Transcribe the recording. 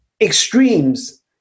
extremes